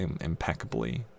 impeccably